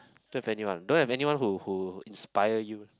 don't have anyone don't have anyone who who inspire you